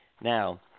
Now